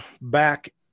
back